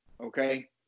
Okay